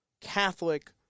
Catholic